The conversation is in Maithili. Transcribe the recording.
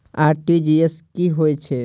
आर.टी.जी.एस की होय छै